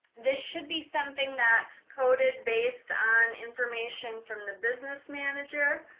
this should be something that coded based on information from the business manager